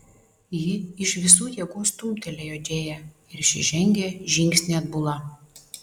ji iš visų jėgų stumtelėjo džėją ir ši žengė žingsnį atbula